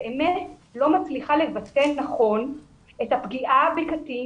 באמת לא מצליחה לבטא נכון את הפגיעה בקטין